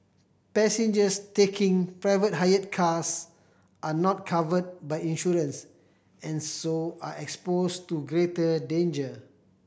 passengers taking private hire cars are not covered by insurance and so are exposed to greater danger